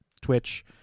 Twitch